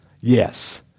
Yes